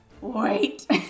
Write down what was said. Wait